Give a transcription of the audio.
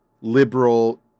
liberal